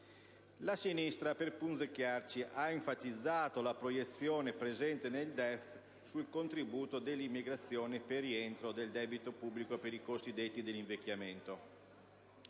La sinistra per "punzecchiarci" ha enfatizzato la proiezione presente nel DEF sul contributo dell'immigrazione per il rientro del debito pubblico per i cosiddetti costi dell'invecchiamento.